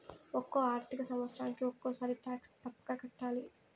ఒక్కో ఆర్థిక సంవత్సరానికి ఒక్కసారి టాక్స్ తప్పక కట్టాలి